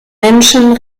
menschen